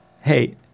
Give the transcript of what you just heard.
hey